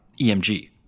EMG